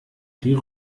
die